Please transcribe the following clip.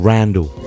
Randall